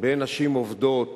בין נשים עובדות